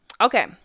okay